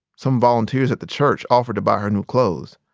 some volunteers at the church offered to buy her new clothes,